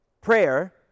Prayer